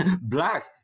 black